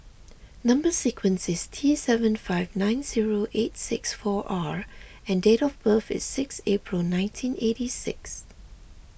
Number Sequence is T seven five nine zero eight six four R and date of birth is six April nineteen eighty six